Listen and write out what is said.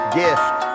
gift